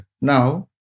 now